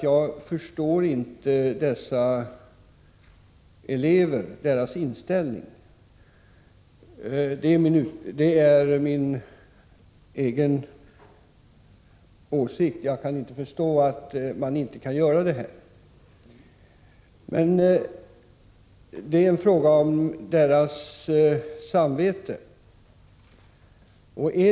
Jag förstår inte dessa elevers inställning, men det är en fråga om deras samvete.